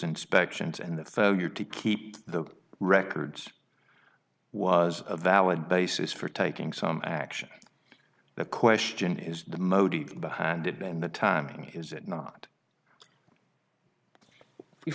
inspections and the failure to keep the records was a valid basis for taking some action the question is the motive behind it and the timing is it not